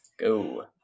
Go